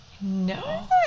No